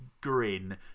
grin